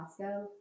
Costco